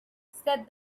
said